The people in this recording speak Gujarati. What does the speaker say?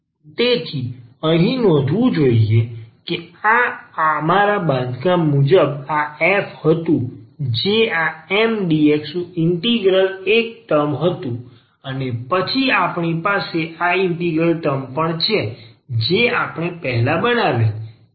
તેથી અહીં નોંધવું જોઇએ કે આ અમારા બાંધકામ મુજબ આ f હતું જે આ Mdx નું ઇન્ટિગ્રલ એક ટર્મ હતું અને પછી આપણી પાસે આ ઇન્ટિગ્રલ ટર્મ પણ છે જે આપણે પહેલા બનાવેલ છે